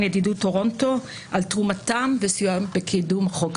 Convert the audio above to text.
ידידות טורונטו על תרומתם ועל סיועם בקידום החוק.